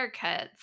haircuts